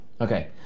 Okay